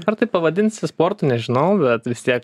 ar tai pavadinsi sportu nežinau bet vis tiek